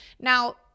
Now